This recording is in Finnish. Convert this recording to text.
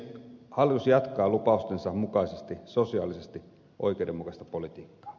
hallitus jatkaa lupaustensa mukaisesti sosiaalisesti oikeudenmukaista politiikkaa